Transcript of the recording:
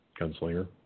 Gunslinger